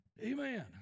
Amen